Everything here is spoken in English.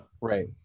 right